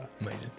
Amazing